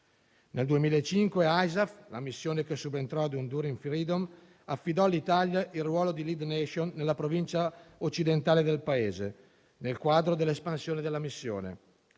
Nel 2005 la missione ISAF, che subentrò ad Enduring freedom, affidò all'Italia il ruolo di *lead nation* nella provincia occidentale del Paese, nel quadro dell'espansione della missione.